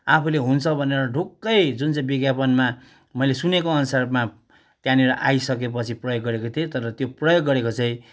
आफूले हुन्छ भनेर ढुक्कै जुन चाहिँ विज्ञापनमा मैले सुनेको अनुसारमा त्यहाँनिर आइसकेपछि प्रयोग गरेको थिएँ तर त्यो प्रयोग गरेको चाहिँ